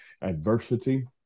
adversity